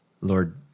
Lord